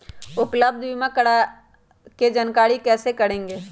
उपलब्ध बीमा के जानकारी कैसे करेगे?